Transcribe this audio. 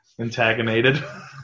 Antagonated